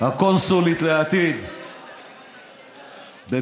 הקונסולית לעתיד בבייג'ין,